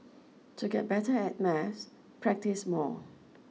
to get better at maths practise more